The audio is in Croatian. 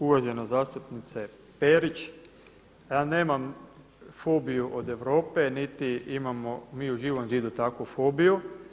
Uvažena zastupnice Perić, ja nemam fobiju od Europe niti imamo mi u Živom zidu takvu fobiju.